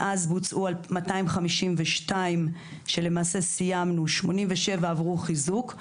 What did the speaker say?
מאז בוצעו 252 שלמעשה סיימנו, 87 עברו חיזוק.